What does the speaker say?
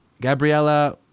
Gabriella